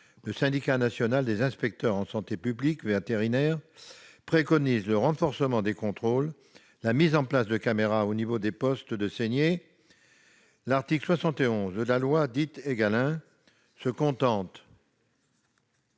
le Syndicat national des inspecteurs en santé publique vétérinaire préconise le renforcement des contrôles et la mise en place de caméras au niveau des postes de saignée. Toutefois, l'article 71 de la loi dite « Égalim » se contente